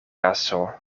kaso